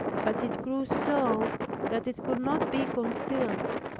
but it grew so that it could not be concealed.